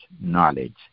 knowledge